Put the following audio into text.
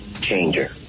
changer